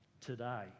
today